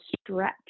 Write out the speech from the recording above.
stretch